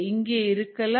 இங்கே இருக்கலாம்